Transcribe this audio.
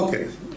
אוקיי.